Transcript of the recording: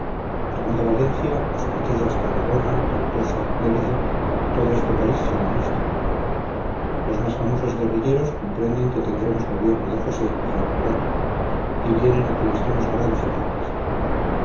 tomada valencia sometidas tarragona tortosa lérida todo este país será nuestro los más famosos guerrilleros comprenden que tendremos gobierno de josé para un rato y vienen a que les demos grados y pagas